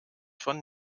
von